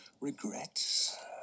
regrets